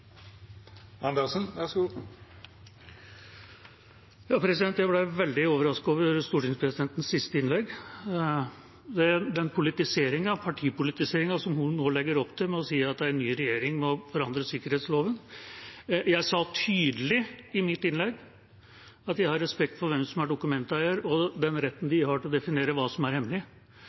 den partipolitiseringen som hun nå legger opp til ved å si at en ny regjering må forandre sikkerhetsloven. Jeg sa tydelig i mitt innlegg at jeg har respekt for hvem som er dokumenteier, og den retten de har til å definere hva som er hemmelig.